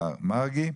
השר מרגי.